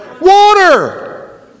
Water